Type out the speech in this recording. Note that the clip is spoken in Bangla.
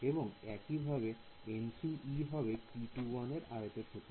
এবং একইভাবে হবে P21 এর আয়তক্ষেত্র